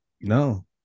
no